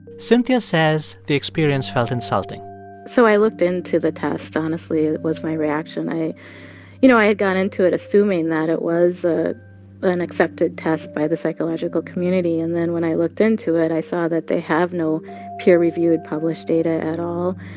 cynthia says the experience felt insulting so i looked into the test. honestly, it was my reaction. i you know, i had gone into it assuming that it was ah an accepted test by the psychological community. and then when i looked into it, i saw that they have no peer-reviewed published data at all.